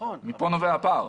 מכאן נובע הפער.